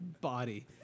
body